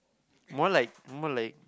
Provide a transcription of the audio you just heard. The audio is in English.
more like more like